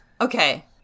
Okay